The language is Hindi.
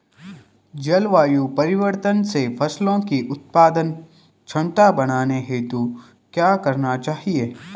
जलवायु परिवर्तन से फसलों की उत्पादन क्षमता बढ़ाने हेतु क्या क्या करना चाहिए?